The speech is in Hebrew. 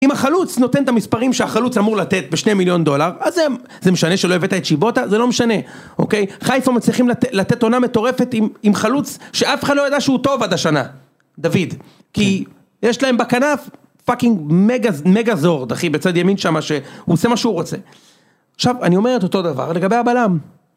אם החלוץ נותן את המספרים שהחלוץ אמור לתת בשני מיליון דולר, אז זה משנה שלא הבאת את שיבותה, זה לא משנה, אוקיי? חיפה מצליחים לתת עונה מטורפת עם חלוץ שאף אחד לא ידע שהוא טוב עד השנה, דוד. כי יש להם בכנף פאקינג מגזורד, אחי, בצד ימין שם, שהוא עושה מה שהוא רוצה. עכשיו, אני אומר את אותו דבר לגבי הבלם.